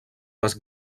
les